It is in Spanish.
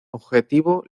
objetivo